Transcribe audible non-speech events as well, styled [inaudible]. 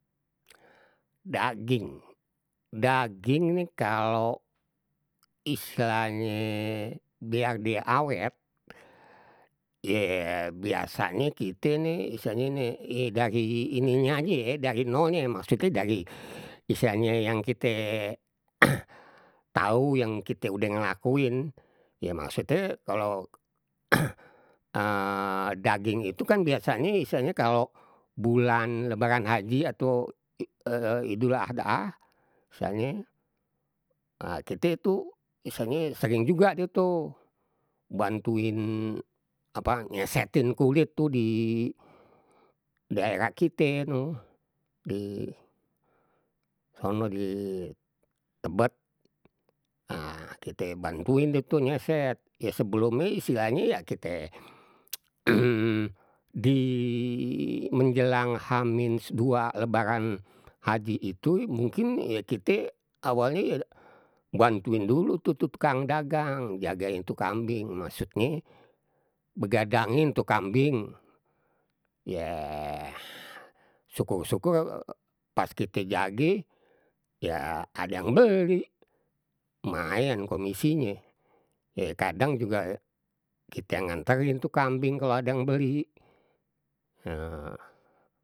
Daging, daging ni kalo istilahnye biar die awet, ye biasanye kite ni istilahnye ni ye dari ininye aje ye, dari nolny maksudnye dari istilahnye yang kite [noise] tahu yang kite udah ngelakuin. Ya maksudnye kalau [noise] [hesitation] daging itu kan biasanye istilahnye kalo bulan lebaran haji, atau [hesitation] idul adha biasanye [hesitation] kite itu istilahnye sering juga deh tu bantuin apa nyesetin kulit itu di daerah kite di no, di sono, di tebet, nah kita bantuin deh tu nyeset. Ye sebelumnye istilahnye ya kite [hesitation] di menjelang hamin dua, lebaran haji itu mungkin ye kite awalnye bantuin dulu tu tukang dagang, jagain tuh kambing. Maksudnya begadangin tuh kambing yah syukur syukur pas kita jag ya ada yang beli. Mayan komisinye ya kadang juga kita ngantarin tuh kambing kalau ada yang beli. [hesitation]